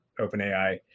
OpenAI